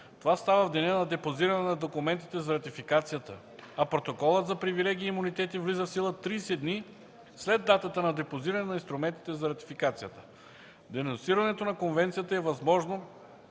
Това става в деня на депозиране на документите за ратификацията, а Протоколът за привилегии и имунитети влиза в сила 30 дни след датата на депозиране на инструментите за ратификацията. Денонсирането на Конвенцията е възможно